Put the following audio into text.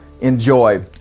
enjoy